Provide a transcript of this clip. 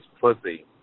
pussy